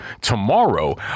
tomorrow